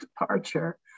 departure